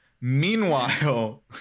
Meanwhile